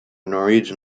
norwegian